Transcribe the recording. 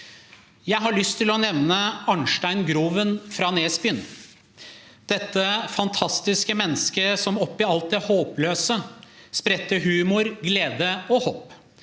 Jeg har lyst til å nevne Arnstein Groven fra Nesbyen, dette fantastiske mennesket som oppi alt det håpløse spredte humor, glede og håp.